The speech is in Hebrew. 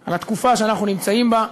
על התקופה שאנחנו נמצאים בה,